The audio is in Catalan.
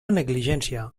negligència